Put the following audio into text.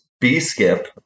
B-skip